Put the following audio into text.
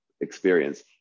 experience